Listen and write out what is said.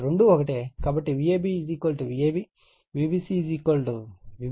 కాబట్టి Vab VAB Vbc VBC Vca VCA